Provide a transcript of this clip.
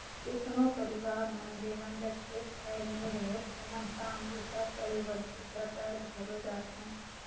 केतनो परिवार मन जेमन जग खेत खाएर नी रहें ओमन काम बूता करे बर दूसर राएज घलो जाथें